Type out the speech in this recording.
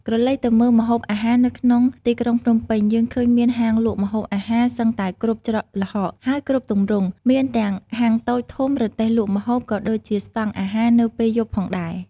ក្រឡេកទៅមើលម្ហូបអាហារនៅក្នុងទីក្រុងភ្នំពេញ យើងឃើញមានហាងលក់ម្ហូបអាហារសឹងតែគ្រប់ច្រកល្ហក ហើយគ្រប់ទម្រង់ មានទាំងហាងតូច ធំ រទេះលក់ម្ហូប ក៏ដូចជាស្តង់អាហារនៅពេលយប់ផងដែរ។